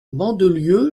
mandelieu